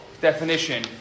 definition